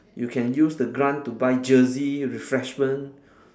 you can use the grant to buy jersey refreshment